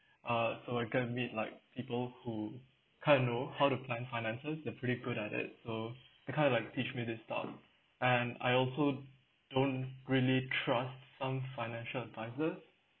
uh so I can meet like people who kind of know how to plan finances they pretty good at it so they kind of like teach me this thought and I also don't really trust some financial advisors